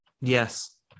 yes